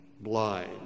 blind